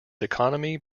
economy